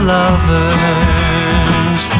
lovers